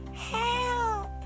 Help